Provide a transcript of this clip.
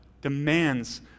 demands